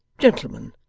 gentlemen,